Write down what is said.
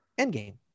Endgame